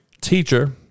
teacher